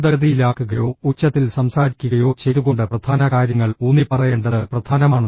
മന്ദഗതിയിലാക്കുകയോ ഉച്ചത്തിൽ സംസാരിക്കുകയോ ചെയ്തുകൊണ്ട് പ്രധാന കാര്യങ്ങൾ ഊന്നിപ്പറയേണ്ടത് പ്രധാനമാണ്